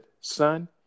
son